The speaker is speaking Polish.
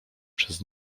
przez